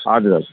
हजुर हजुर